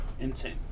Insane